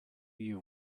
you